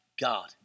God